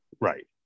right